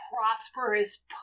prosperous